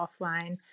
offline